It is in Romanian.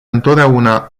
întotdeauna